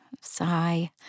Sigh